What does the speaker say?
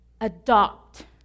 adopt